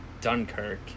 Dunkirk